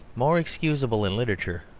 more excusable in literature,